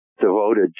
devoted